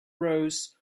rose